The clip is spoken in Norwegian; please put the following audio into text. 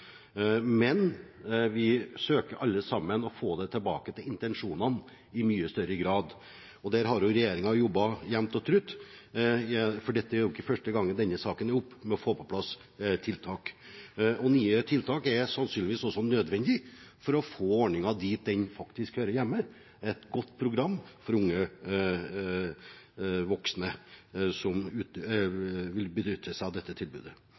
men vi søker alle sammen å få det tilbake til intensjonen i mye større grad. Der har regjeringen jobbet jevnt og trutt, for dette er jo ikke første gang denne saken er oppe, med å få på plass tiltak. Nye tiltak er sannsynligvis også nødvendig for å få ordningen dit den faktisk hører hjemme – som et godt program for unge voksne som vil benytte seg av dette tilbudet.